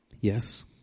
Yes